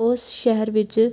ਉਹ ਸ਼ਹਿਰ ਵਿੱਚ